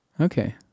okay